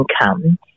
income